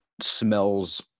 smells